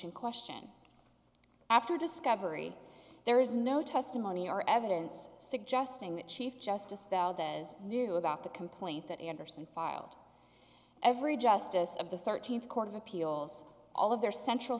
in question after discovery there is no testimony or evidence suggesting that chief justice valdes knew about the complaint that andersen filed every justice of the thirteenth court of appeals all of their central